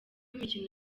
imikino